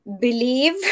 believe